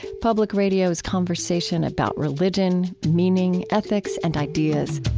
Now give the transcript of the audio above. public radio's conversation about religion, meaning, ethics, and ideas